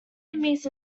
enemies